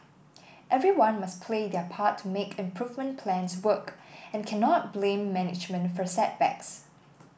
everyone must play their part to make improvement plans work and cannot blame management for setbacks